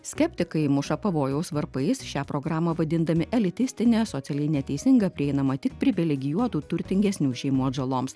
skeptikai muša pavojaus varpais šią programą vadindami elitistine socialiai neteisinga prieinama tik privilegijuotų turtingesnių šeimų atžaloms